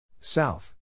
South